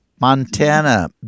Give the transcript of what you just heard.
Montana